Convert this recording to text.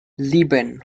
sieben